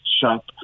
shop